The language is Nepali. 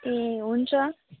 ए हुन्छ